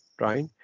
right